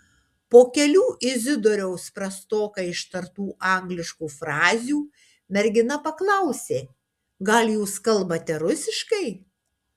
po kelių izidoriaus prastokai ištartų angliškų frazių mergina paklausė gal jūs kalbate rusiškai